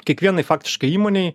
kiekvienai faktiškai įmonei